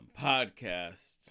podcast